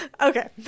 Okay